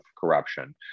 corruption